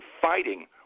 fighting